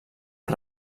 els